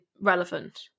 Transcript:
relevant